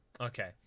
Okay